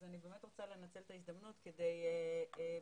אני באמת רוצה לנצל את ההזדמנות כדי להתחייב